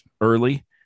early